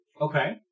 Okay